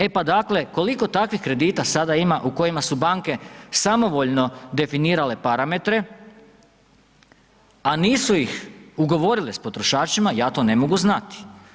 E pa dakle, koliko takvih kredita sada ima u kojima su banke samovoljno definirale parametre a nisu ih ugovorile s potrošačima, ja to ne mogu znati.